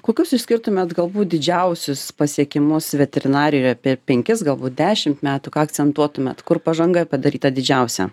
kokius išskirtumėt galbūt didžiausius pasiekimus veterinarijoj per penkis galbūt dešimt metų ką akcentuotumėt kur pažanga padaryta didžiausia